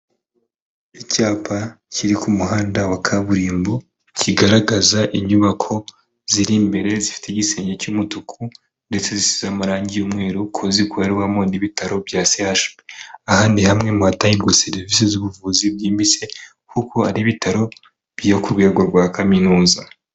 Icyapa kiri ku muhanda wa kaburimbo, kigaragaza inyubako ziri imbere, zifite igisenge cy'umutuku ndetse zisize amaragi y'umweru, kuko zikorerwamo n'ibitaro bya CHUB, aha ni hamwe mu hatangirwa serivisi z'ubuvuzi bwimbitse, kuko ari ibitaro byo ku rwego rwa Kaminuza.